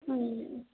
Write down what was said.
ಹ್ಞೂ